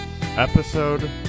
Episode